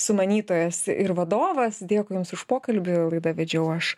sumanytojas ir vadovas dėkui jums už pokalbį o laidą vedžiau aš